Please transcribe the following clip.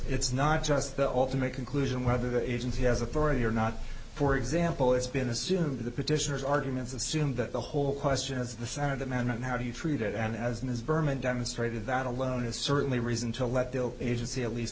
it's not just the ultimate conclusion whether the agency has authority or not for example it's been assumed the petitioners arguments assume that the whole question is the sound of the man and how do you treat it and as it is berman demonstrated that alone is certainly reason to let bill agency at least